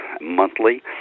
monthly